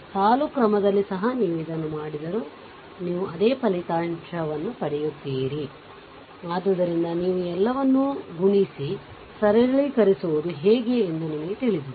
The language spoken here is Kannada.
ಸಾಲು ಕ್ರಮದಲ್ಲಿ ಸಹ ನೀವು ಇದನ್ನು ಮಾಡಿದರೂ ನೀವು ಅದೇ ಫಲಿತಾಂಶವನ್ನು ಪಡೆಯುತ್ತೀರಿ ಆದ್ದರಿಂದ ನೀವು ಈ ಎಲ್ಲವನ್ನು ಗುಣಿಸಿ ಸರಳೀಕರಿಸುವುದು ಹೇಗೆ ಎಂದು ನಿಮಗೆ ತಿಳಿದಿದೆ